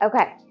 Okay